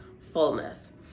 fullness